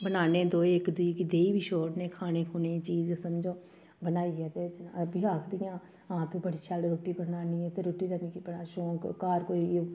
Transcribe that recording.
बन्नाने दोऐ इक दुई गी देई बी छोड़ने खाने खूने गी चीज समझो बनाइयै तेओह् बी आखदियां हां तूं बड़ी शैल रुट्टी बनानी ते रुट्टी दा मिगी बड़ा शौक घर कोई